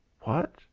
What